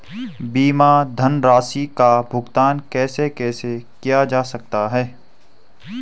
बीमा धनराशि का भुगतान कैसे कैसे किया जा सकता है?